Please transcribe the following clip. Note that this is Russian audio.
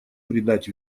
придать